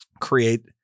create